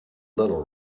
little